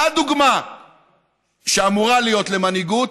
הא-דוגמה שאמורה להיות למנהיגות,